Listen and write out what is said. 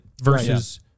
versus